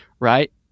right